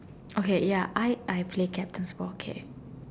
okay ya I I play captain's ball K